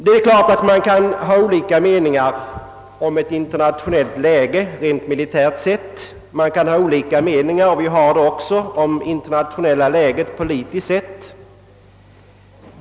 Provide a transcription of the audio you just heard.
Givetvis kan man ha olika uppfattningar om ett internationellt läge ur militär och även ur politisk synpunkt.